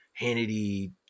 hannity